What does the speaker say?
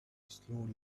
slowly